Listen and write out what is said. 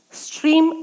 stream